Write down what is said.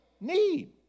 need